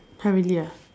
!huh! really ah